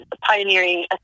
pioneering